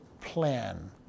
plan